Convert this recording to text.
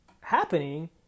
happening